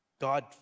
God